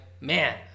man